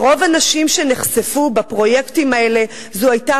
לרוב הנשים שנחשפו בפרויקטים האלה זו היתה